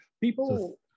People